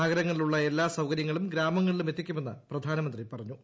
നഗരങ്ങളിലുള്ള എല്ലാ സൌകര്യങ്ങളും ഗ്രാമങ്ങളിലും എത്തിക്കുമെന്ന് പ്രധാനമന്ത്രി പറഞ്ഞു